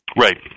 Right